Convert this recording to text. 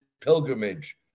pilgrimage